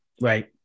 Right